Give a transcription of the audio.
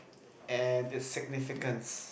and is significance